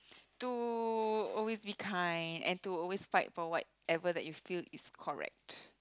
to always be kind and to always fight for whatever that you feel is correct